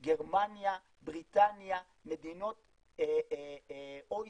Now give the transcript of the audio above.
גרמניה, בריטניה, מדינות OECD,